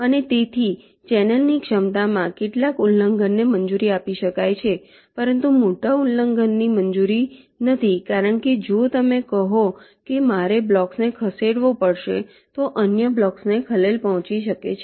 અને તેથી ચેનલની ક્ષમતામાં કેટલાક ઉલ્લંઘનને મંજૂરી આપી શકાય છે પરંતુ મોટા ઉલ્લંઘનની મંજૂરી નથી કારણ કે જો તમે કહો કે મારે બ્લોકને ખૂબ ખસેડવો પડશે તો અન્ય બ્લોક્સને ખલેલ પહોંચાડી શકે છે